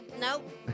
Nope